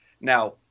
now